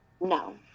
No